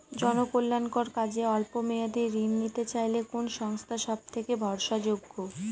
জনকল্যাণকর কাজে অল্প মেয়াদী ঋণ নিতে চাইলে কোন সংস্থা সবথেকে ভরসাযোগ্য?